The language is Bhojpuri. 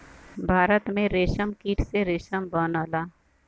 भारत में रेशमकीट से रेशम बनला